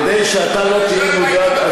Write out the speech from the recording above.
כדי שאתה לא תהיה מודאג,